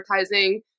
advertising